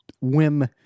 whim